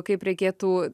kaip reikėtų